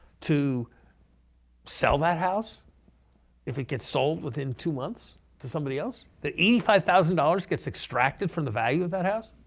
to sell that house if it gets sold within two months to somebody else? the eighty five thousand dollars gets extracted from the value of that house.